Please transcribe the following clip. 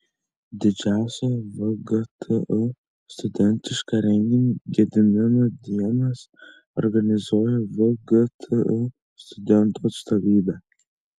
didžiausią vgtu studentišką renginį gedimino dienas organizuoja vgtu studentų atstovybė